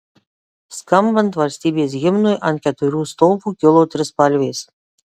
skambant valstybės himnui ant keturių stovų kilo trispalvės